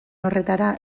horretara